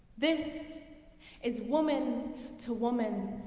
this is woman to woman.